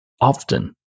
often